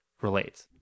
relates